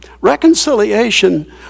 reconciliation